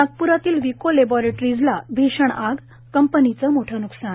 नागपुरातील विको लॅबोरेट्रीजला भीषण आग कंपनीचं मोठं नुकसान